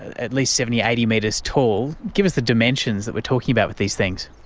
at least seventy, eighty metres tall. give us the dimensions that we are talking about with these things.